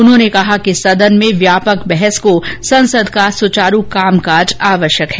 उन्होंने कहा कि सदन में व्यापक बहस को संसद का सुचारू कामकाज आवश्यक है